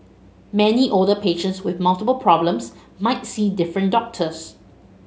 many older patients with multiple problems might see different doctors